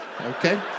Okay